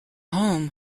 home